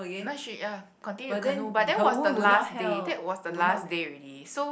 no she ya continue to canoe but that was the last day that was the last day already so